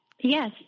Yes